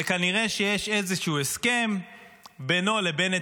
וכנראה שיש איזשהו הסכם בינו לבין נתניהו,